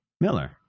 Miller